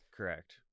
Correct